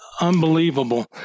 unbelievable